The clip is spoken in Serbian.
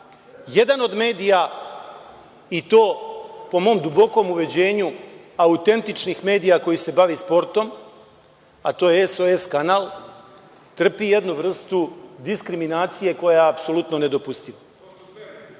Jedan od medija, i to po mom dubokom ubeđenju autentičnih medija koji se bavi sportom, a to jesu SOS kanal, trpi jednu vrstu diskriminacije koja je apsolutno nedopustiva.